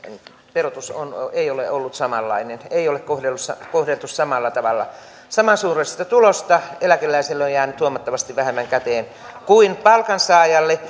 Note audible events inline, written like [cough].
verotus ei ole ollut samanlainen ei ole kohdeltu samalla tavalla samansuuruisesta tulosta eläkeläisille on jäänyt huomattavasti vähemmän käteen kuin palkansaajille [unintelligible]